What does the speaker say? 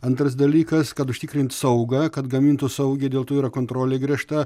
antras dalykas kad užtikrint saugą kad gamintų saugiai dėl to yra kontrolė griežta